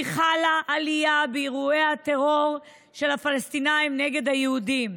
חלה עלייה באירועי הטרור הפלסטיניים נגד יהודים.